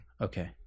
okay